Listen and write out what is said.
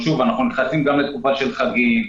אנחנו נכנסים גם לתקופה של חגים.